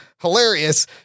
Hilarious